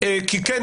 כי כן,